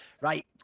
right